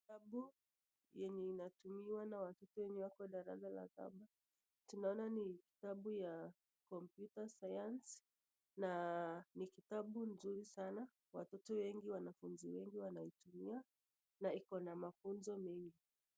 Kitabu yenye inatumiwa na watoto wenye wako darasa la saba tunaona ni kitabu ya computer science na ni kitabu nzuri sana, watoto wengi wanafunzi wengi wanitumia na iko na mafunzo mengi.